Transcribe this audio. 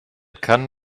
kann